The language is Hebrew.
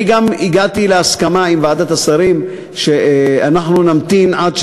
אני גם הגעתי להסכמה עם ועדת השרים שאנחנו נמתין עד,